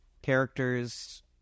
characters